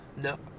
no